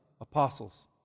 apostles